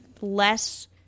less